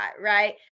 right